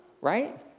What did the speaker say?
right